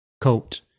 coat